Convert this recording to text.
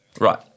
Right